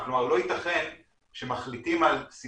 אני לא מסתכל אם הייתה